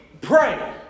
pray